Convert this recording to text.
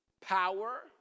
power